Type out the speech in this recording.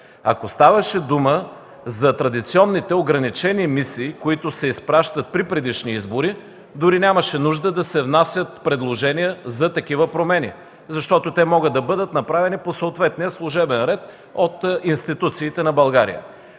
Ако ставаше дума за традиционните ограничени мисии, които са изпращани при предишни избори, дори няма нужда да се внасят предложения за такива промени, защото те могат да бъдат направени от институциите на България